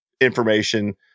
information